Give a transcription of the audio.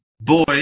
boy